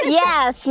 yes